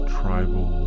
tribal